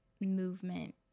movement